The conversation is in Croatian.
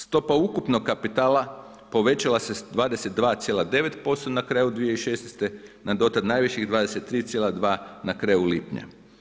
Stopa ukupnog kapitala povećala se s 22,9% na kraju 2016. na dotad najviših 23,2 na kraju lipnja.